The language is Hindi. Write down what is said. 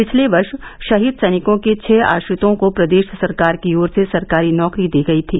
पिछले वर्ष शहीद सैनिकों के छह आश्रितों को प्रदेश सरकार की ओर से सरकारी नौकरी दी गयी थी